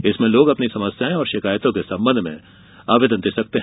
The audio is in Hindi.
इसमें लोग अपनी समस्याएं और शिकायतो के संबंध में आवेदन दे सकते है